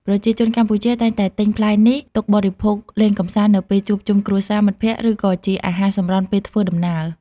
ប្រជាជនកម្ពុជាតែងតែទិញផ្លែនេះទុកបរិភោគលេងកម្សាន្តនៅពេលជួបជុំក្រុមគ្រួសារ មិត្តភក្តិ ឬក៏ជាអាហារសម្រន់ពេលធ្វើដំណើរ។